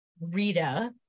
Rita